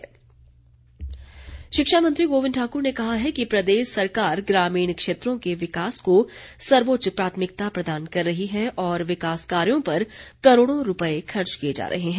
गोविंद शिक्षा मंत्री गोविंद ठाकुर ने कहा है कि प्रदेश सरकार ग्रामीण क्षेत्रों के विकास को सर्वोच्च प्राथमिकता प्रदान कर रही है और विकास कार्यों पर करोड़ों रूपए खर्च किए जा रहे हैं